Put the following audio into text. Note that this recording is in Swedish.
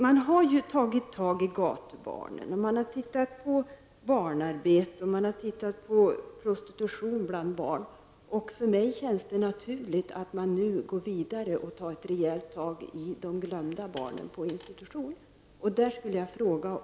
Man har tagit itu med gatubarnen, man har tittat på barnarbete och man har tittat på prostitution bland barn. För mig känns det naturligt att man nu går vidare och tar ett rejält tag för de glömda barnen på institutionerna.